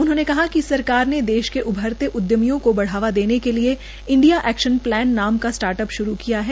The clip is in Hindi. उन्होंने कहा कि सरकार ने देश में उभरते उद्यमियों को बढ़ावा देने के लिए इंडिया एकशन प्लान नाम बदल कर स्टार्टअप श्रू किया है